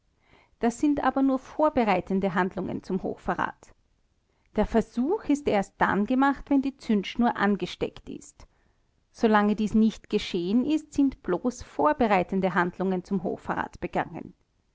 dies sind aber nur vorbereitende handlungen zum hochverrat der versuch ist erst dann gemacht wenn die zündschnur angesteckt ist solange dies nicht geschehen ist sind bloß vorbereitende handlungen zum hochverrat begangen